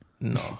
No